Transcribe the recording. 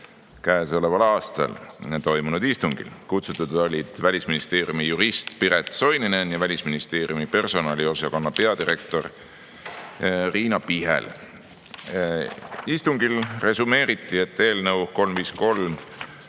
esmaspäeval, 3. juunil toimunud istungil. Kutsutud olid Välisministeeriumi jurist Perit Soininen ja Välisministeeriumi personaliosakonna peadirektor Riina Pihel. Istungil resümeeriti, et eelnõu 353